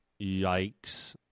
Yikes